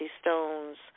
stones